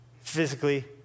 physically